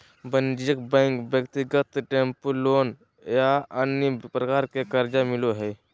वाणिज्यिक बैंक ब्यक्तिगत tempo loan और अन्य प्रकार के कर्जा मिलो हइ